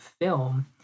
film